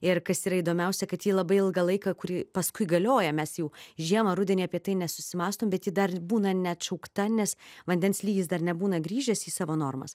ir kas yra įdomiausia kad ji labai ilgą laiką kuri paskui galioja mes jau žiemą rudenį apie tai nesusimąstom bet ji dar ir būna neatšaukta nes vandens lygis dar nebūna grįžęs į savo normas